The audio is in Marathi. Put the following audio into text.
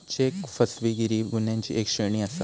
चेक फसवेगिरी गुन्ह्यांची एक श्रेणी आसा